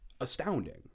astounding